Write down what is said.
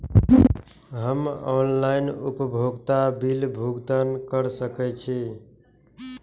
हम ऑनलाइन उपभोगता बिल भुगतान कर सकैछी?